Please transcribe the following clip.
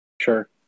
Sure